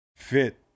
fit